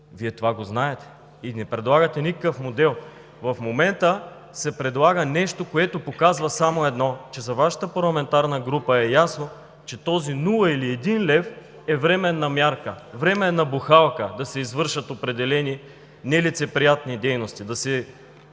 Вие това го знаете. И не предлагате никакъв модел! В момента се предлага нещо, което показва само едно: че за Вашата парламентарна група е ясно, че този нула или един лев е временна мярка, временна бухалка да се извършат определени нелицеприятни дейности, да се